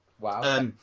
Wow